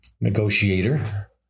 negotiator